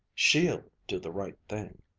she ll do the right thing.